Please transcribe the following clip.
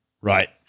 Right